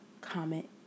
comment